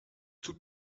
tut